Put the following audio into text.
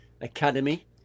Academy